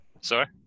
Sorry